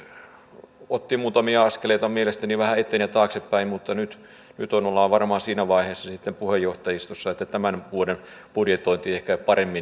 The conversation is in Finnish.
se otti muutamia askeleita mielestäni vähän eteen ja taaksepäin mutta nyt ollaan sitten varmaan siinä vaiheessa puheenjohtajistossa että tämän vuoden budjetointi onnistuisi jo ehkä paremmin